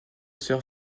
sœurs